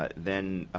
but then,